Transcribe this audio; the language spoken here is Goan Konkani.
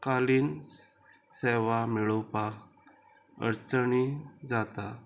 कालीन सेवा मेळोवपाक अडचणी जाता